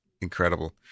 incredible